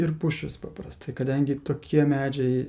ir pušys paprastai kadangi tokie medžiai